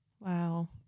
Wow